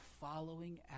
following